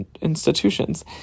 institutions